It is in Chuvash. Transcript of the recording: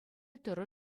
тӑрӑ